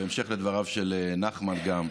בהמשך לדבריו של נחמן, גם,